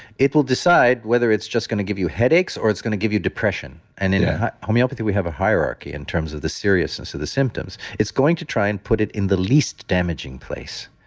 it will decide whether it's just going to give you headaches or it's going to give you depression. and in homeopathy, we have a hierarchy in terms of the seriousness of the symptoms. it's going to try and put it in the least damaging place,